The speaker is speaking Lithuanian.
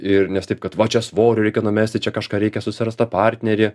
ir nes taip kad va čia svorio reikia numesti čia kažką reikia susirast tą partnerį